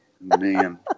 man